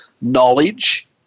knowledge